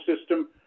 system